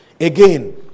again